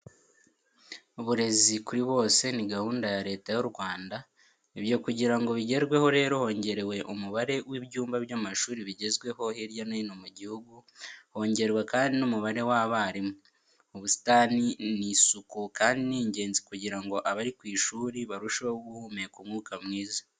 Uburezi kuri bose ni gahunda ya Leta yu Rwanda. Ibyo kugira ngo bigerweho rero, hongerewe umubare w'ibyumba by'amashuri bigezweho hirya no hino mu gihugu, hongerwa kandi n'umubare w'abarimu. Ubusitani n'isuku kandi ni ingenzi kugira ngo abari ku ishuri barusheho guhumeka umwuka mwiza.